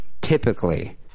typically